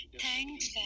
Thanks